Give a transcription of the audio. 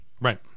Right